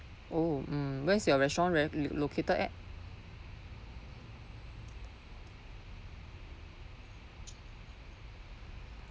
oh mm where's your restaurant located at